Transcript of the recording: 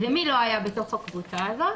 מי לא היה בתוך הקבוצה הזאת?